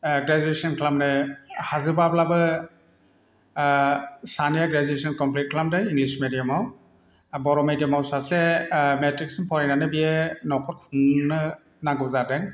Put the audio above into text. graduation खालामनो हाजोबाब्लाबो सानैया ग्रेजुवेसन कमप्लिट खालामदों इंलिस मिडियामाव बर' मिडियामाव सासे मेट्रिकसिम फरायनानै बियो न'खर खुंनो नांगौ जादों